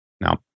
Now